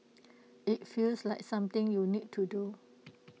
IT feels like something you need to do